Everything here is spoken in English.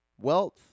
wealth